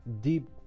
deep